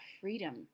freedom